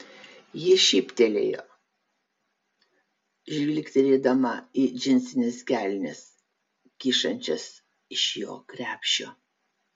ji šyptelėjo žvilgtelėdama į džinsines kelnes kyšančias iš jo krepšio